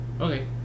okay